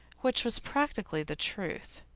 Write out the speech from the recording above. which was practically the truth.